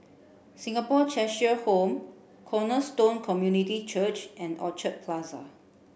Singapore Cheshire Home Cornerstone Community Church and Orchard Plaza